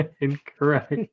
Incorrect